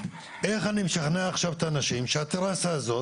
איך אני משכנע עכשיו את האנשים שהטרסה הזו